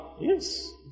Yes